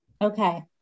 Okay